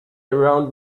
around